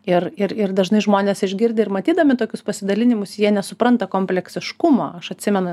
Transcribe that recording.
ir ir ir dažnai žmonės išgirdę ir matydami tokius pasidalinimus jie nesupranta kompleksiškumo aš atsimenu